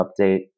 update